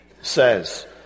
says